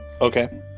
Okay